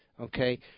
Okay